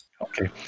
Okay